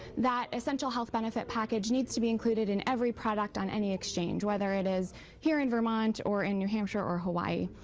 that essential health benefit package needs to be included in every product on any exchange, whether it is here in vermont or new hampshire or hawaii,